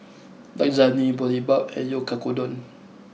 Lasagne Boribap and Oyakodon